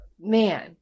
man